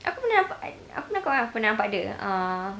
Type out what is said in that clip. aku pernah aku pernah cakap kat kau kan aku pernah nampak dia um